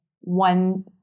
one